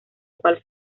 cual